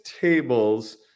tables